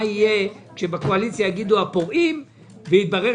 מה יהיה כשבקואליציה יגידו "הפורעים" ויתברר